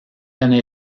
année